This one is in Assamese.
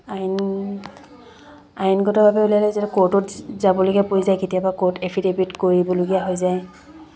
আইন আইনগতভাৱে উলিয়ালে যিহেতু কৰ্টত যাবলগীয়া পৰি যায় কেতিয়াবা কৰ্ট এফিডেফিট কৰিবলগীয়া হৈ যায়